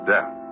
Death